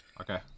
Okay